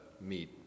meet